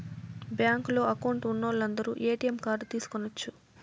బ్యాంకులో అకౌంట్ ఉన్నోలందరు ATM card తీసుకొనచ్చు